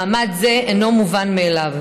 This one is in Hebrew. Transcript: מעמד זה אינו מובן מאליו,